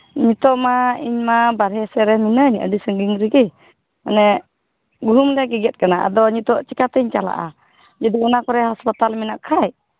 ᱱᱤᱛᱳᱜ ᱢᱟ ᱤᱧ ᱢᱟ ᱵᱟᱨᱦᱮ ᱥᱮᱫ ᱨᱮᱜᱮ ᱢᱤᱱᱟᱹᱧ ᱟᱹᱰᱤ ᱥᱟᱺᱜᱤᱧ ᱨᱮᱜᱮ ᱢᱟᱱᱮ ᱜᱩᱦᱩᱢ ᱞᱮ ᱜᱮᱜᱮᱫ ᱠᱟᱱᱟ ᱟᱫᱚ ᱱᱤᱛᱳᱜ ᱪᱤᱠᱟᱹᱛᱤᱧ ᱪᱟᱞᱟᱜᱼᱟ ᱡᱩᱫᱤ ᱚᱱᱟ ᱠᱚᱨᱮ ᱦᱟᱸᱥᱯᱟᱛᱟᱞ ᱦᱮᱱᱟᱜ ᱠᱷᱟᱱ